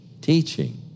teaching